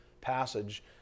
passage